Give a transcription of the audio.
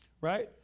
right